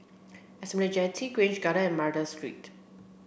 Esplanade Jetty Grange Garden and Madras Street